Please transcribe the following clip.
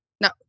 now